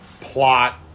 plot-